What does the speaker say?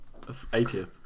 80th